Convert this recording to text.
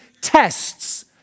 tests